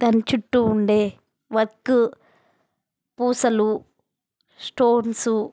దాని చుట్టూ ఉండే వర్కు పూసలు స్టోన్స్సు